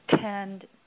tend